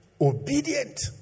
Obedient